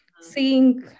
seeing